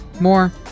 more